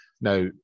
Now